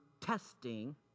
testing